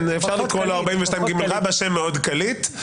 אפשר לקרוא לו "42ג" שם מאוד קליט,